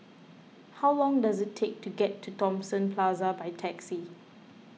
how long does it take to get to Thomson Plaza by taxi